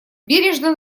бережно